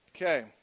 Okay